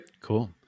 Cool